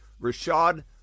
Rashad